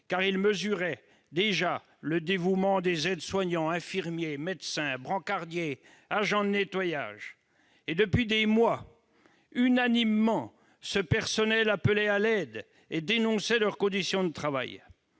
car ils mesuraient déjà le dévouement des aides-soignants, des infirmiers, des médecins, des brancardiers, des agents de nettoyage. Depuis des mois, unanimement, ces personnels appelaient à l'aide et dénonçaient leurs conditions de travail.